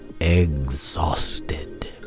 exhausted